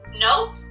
nope